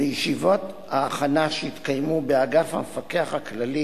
בישיבות ההכנה שהתקיימו באגף המפקח הכללי